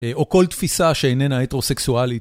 או כל תפיסה שאיננה הטרוסקסואלית.